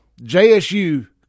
JSU